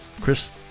Chris